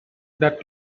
that